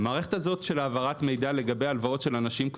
המערכת הזו של העברת מידע לגבי הלוואות של אנשים,